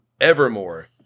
Evermore